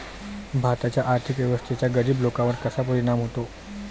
भारताच्या आर्थिक व्यवस्थेचा गरीब लोकांवर कसा परिणाम होतो?